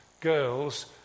girls